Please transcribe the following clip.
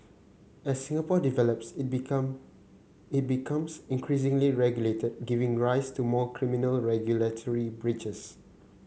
as Singapore develops it become it becomes increasingly regulated giving rise to more criminal regulatory breaches